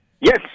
Yes